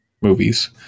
movies